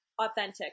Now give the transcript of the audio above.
authentic